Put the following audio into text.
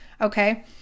okay